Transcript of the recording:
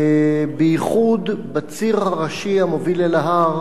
בייחוד בציר הראשי המוביל אל ההר